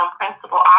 principal